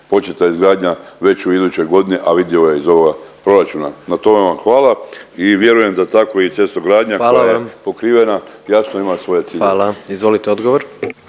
početa izgradnja već u idućoj godini, a vidljivo je iz ovoga proračuna. Na tome vam hvala i vjerujem da tako i cestogradnja koja … …/Upadica predsjednik: Hvala vam./… …